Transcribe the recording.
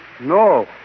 No